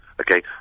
Okay